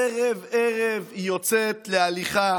ערב-ערב היא יוצאת להליכה